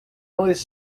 noise